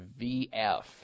VF